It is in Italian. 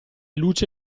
luce